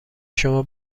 شما